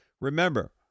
Remember